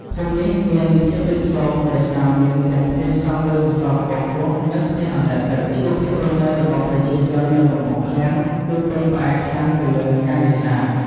ភូមិនេះមានភាពលេចធ្លោដោយសារមានទាំងផ្ទះសង់លើសសរខ្ពស់ៗ និងផ្ទះអណ្ដែតទឹក។ ជីវភាពរស់នៅរបស់ប្រជាជននៅកំពង់ឃ្លាំងគឺពឹងផ្អែកខ្លាំងទៅលើការនេសាទ។